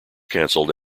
cancelled